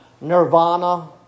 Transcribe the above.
nirvana